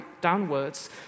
downwards